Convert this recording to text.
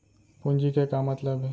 पूंजी के का मतलब हे?